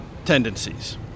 Tendencies